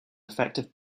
effective